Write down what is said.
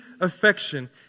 affection